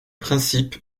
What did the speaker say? principe